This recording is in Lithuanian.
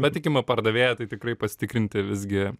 patikimą pardavėją tai tikrai pasitikrinti visgi